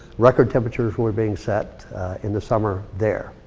record temperatures were being set in the summer there.